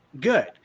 good